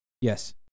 Yes